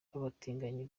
abatinganyi